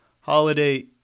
holiday